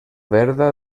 verda